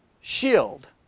shield